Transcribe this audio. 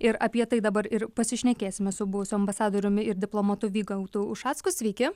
ir apie tai dabar ir pasišnekėsime su buvusiu ambasadoriumi ir diplomatu vygaudu ušacku sveiki